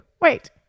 Wait